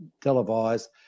televised